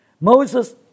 Moses